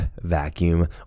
vacuum